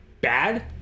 bad